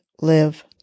live